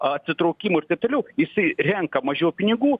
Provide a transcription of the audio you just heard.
atsitraukimų ir taip toliau jisai renka mažiau pinigų